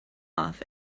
off